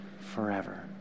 forever